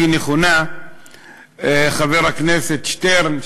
בצורה הכי נכונה חבר הכנסת שטרן,